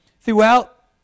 throughout